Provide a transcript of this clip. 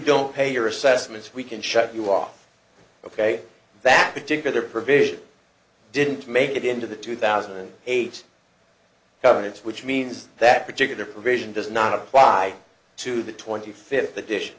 don't pay your assessments we can shut you off ok that particular provision didn't make it into the two thousand and eight guidance which means that particular provision does not apply to the twenty fifth edition